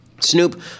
Snoop